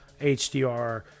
HDR